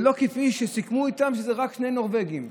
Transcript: ולא כפי שסיכמו איתם, שזה רק שני נורבגים.